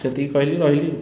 ସେତିକି କହିଲି ରହିଲି